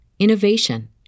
innovation